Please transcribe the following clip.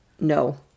No